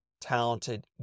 talented